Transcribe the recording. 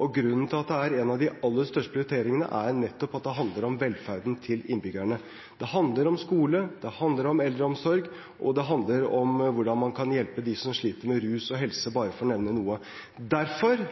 Grunnen til at det er en av de aller største prioriteringene, er nettopp at det handler om velferden til innbyggerne. Det handler om skole, det handler om eldreomsorg, og det handler om hvordan man kan hjelpe dem som sliter med rus og helse – bare for å nevne noe. Derfor